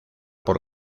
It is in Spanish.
por